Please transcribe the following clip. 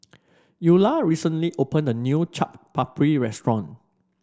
Eula recently opened a new Chaat Papri restaurant